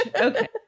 Okay